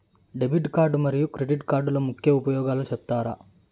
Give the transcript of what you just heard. Debit card మరియు credit కార్డుల ముఖ్య ఉపయోగాలు సెప్తారా?